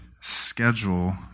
schedule